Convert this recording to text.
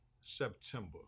september